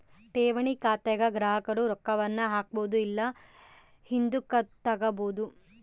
ಠೇವಣಿ ಖಾತೆಗ ಗ್ರಾಹಕರು ರೊಕ್ಕವನ್ನ ಹಾಕ್ಬೊದು ಇಲ್ಲ ಹಿಂದುಕತಗಬೊದು